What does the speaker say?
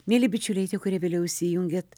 mieli bičiuliai tie kurie vėliau įsijungėt